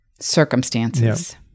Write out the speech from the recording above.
circumstances